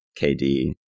KD